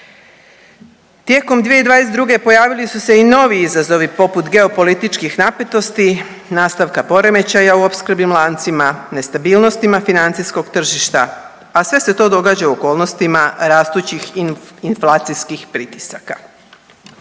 Tijekom 2022. pojavili su se i novi izazovi poput geopolitičkih napetosti, nastavka poremećaja u opskrbnim lancima, nestabilnostima financijskog tržišta, a sve se to događa u okolnostima rastućih inflacijskih pritisaka.